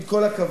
עם כל הכבוד,